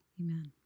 Amen